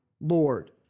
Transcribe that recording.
Lord